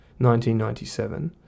1997